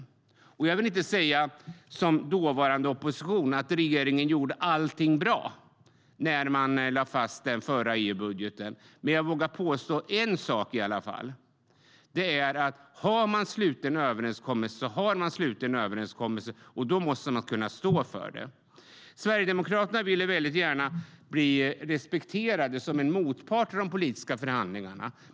Som dåvarande opposition vill jag inte säga att den tidigare regeringen gjorde allting bra när man lade fast den förra EU-budgeten, men jag vågar i alla fall påstå en sak: Har man slutit en överenskommelse så har man, och då måste man kunna stå för den. Sverigedemokraterna vill väldigt gärna bli respekterade som en motpart i de politiska förhandlingarna.